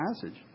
passage